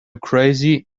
crazy